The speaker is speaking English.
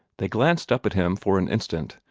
they glanced up at him for an instant,